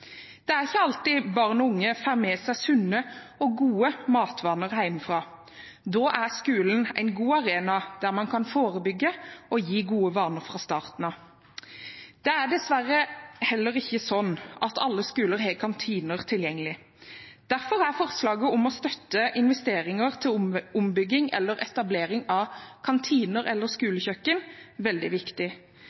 Det er ikke alltid barn og unge får med seg sunne og gode matvaner hjemmefra. Da er skolen en god arena der man kan forebygge og gi gode vaner fra starten av. Det er dessverre heller ikke sånn at alle skoler har kantiner tilgjengelig. Derfor er forslaget om å støtte investeringer til ombygging eller etablering av kantiner eller skolekjøkken veldig viktig.